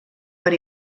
per